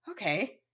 okay